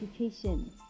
education